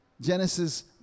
Genesis